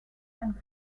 and